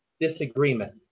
disagreement